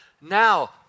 now